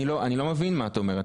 אני לא מבין מה את אומרת,